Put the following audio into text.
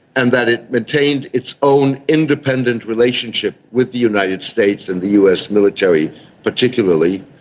and that it maintained its own independent relationship with the united states and the us military particularly,